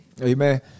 Amen